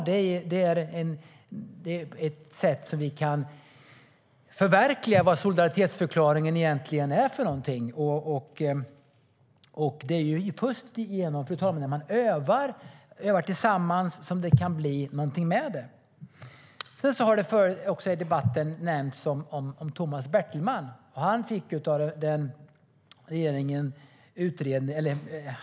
Det är ett sätt för oss att förverkliga vad solidaritetsförklaringen egentligen är för någonting, och det är ju först när man övar tillsammans, fru talman, som det kan bli någonting av det. Tomas Bertelman har nämnts i debatten.